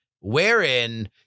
wherein